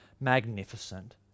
magnificent